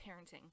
parenting